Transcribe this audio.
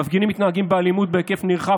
המפגינים מתנהגים באלימות בהיקף נרחב